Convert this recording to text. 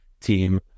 team